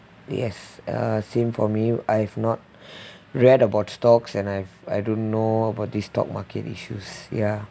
yes uh same for me I've not read about stocks and I've I don't know about this stock market issues ya